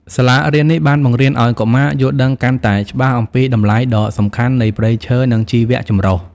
សាលារៀននេះបានបង្រៀនឱ្យកុមារយល់ដឹងកាន់តែច្បាស់អំពី តម្លៃដ៏សំខាន់នៃព្រៃឈើ និងជីវៈចម្រុះ។